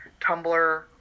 Tumblr